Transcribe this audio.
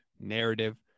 narrative